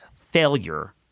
failure